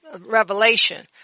Revelation